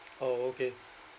oh okay